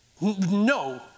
No